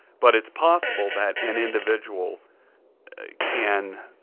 but it's possible that an individual can,